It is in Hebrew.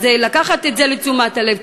אז לקחת את זה לתשומת הלב.